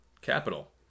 Capital